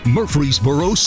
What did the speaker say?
Murfreesboro